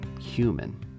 human